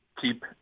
keep